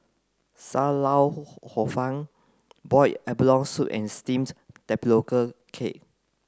Sam Lau Hor Fun boil abalone soup and steams tapioca cake